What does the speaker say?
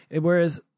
Whereas